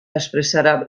expressarà